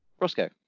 Roscoe